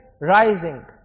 rising